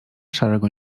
szarego